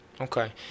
Okay